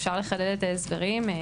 אפשר לחדד את ההסברים.